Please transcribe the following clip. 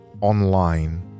online